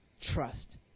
trust